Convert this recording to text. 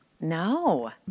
No